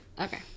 Okay